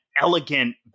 elegant